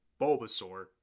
Bulbasaur